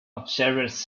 observers